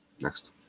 Next